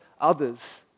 others